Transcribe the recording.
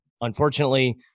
unfortunately